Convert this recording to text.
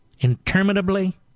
interminably